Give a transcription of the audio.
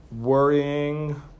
worrying